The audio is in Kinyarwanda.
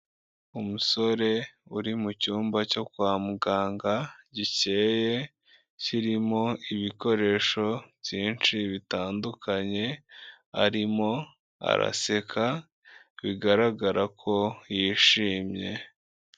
Umusore uri mu cyumba cyo kwa muganga gikeye, kirimo ibikoresho byinshi bitandukanye, arimo araseka bigaragara ko yishimye.